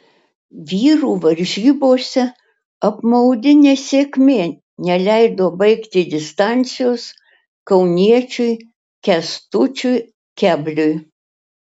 vyrų varžybose apmaudi nesėkmė neleido baigti distancijos kauniečiui kęstučiui kebliui